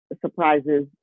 surprises